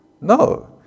No